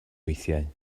weithiau